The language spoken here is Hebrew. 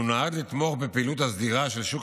והוא נועד לתמוך בפעילות הסדירה של שוק